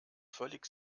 völlig